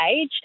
age